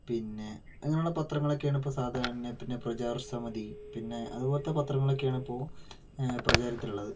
പിന്നെ അങ്ങനെയുള്ള പത്രങ്ങളൊക്കെയാണ് ഇപ്പോൾ സാധാരണ പിന്നെ പ്രചാര സമിതി പിന്നെ അതുപോലത്തെ പത്രങ്ങളൊക്കെയാണ് ഇപ്പോൾ പ്രചാരത്തിലുള്ളത്